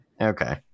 okay